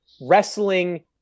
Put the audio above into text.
wrestling